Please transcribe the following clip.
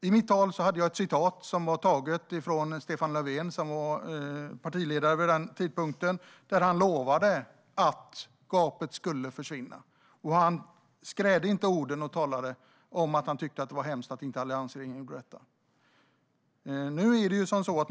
I mitt anförande läste jag upp ett citat från Stefan Löfven, som var partiledare vid den tidpunkten, där han lovade att gapet skulle försvinna. Han skrädde inte orden, utan talade om att han tyckte att det var hemskt att alliansregeringen inte gjorde detta.